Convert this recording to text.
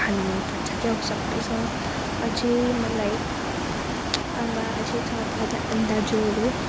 खानु मनपर्छ क्या हो सबैसँग अझै मलाई आमा अझै छ दादा दाजुहरू